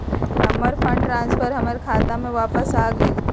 हमर fund transfer हमर खाता में वापस आ गेल